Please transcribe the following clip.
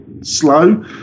slow